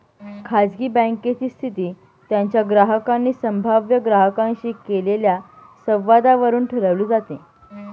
खाजगी बँकेची स्थिती त्यांच्या ग्राहकांनी संभाव्य ग्राहकांशी केलेल्या संवादावरून ठरवली जाते